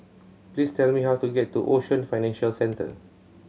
please tell me how to get to Ocean Financial Centre